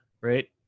right